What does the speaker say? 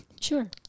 Sure